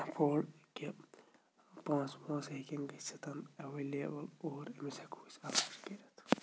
afford کہ پونٛسہٕ وٲنٛسہٕ ہیٚکن گٔژھِتھ اٮ۪وَلیبٕل اور أمِس ہٮ۪کو أسۍ علاج کٔرِتھ